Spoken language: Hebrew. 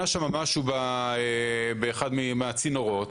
שינה שם משהו באחד מהצינורות,